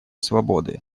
свободы